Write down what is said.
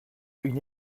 une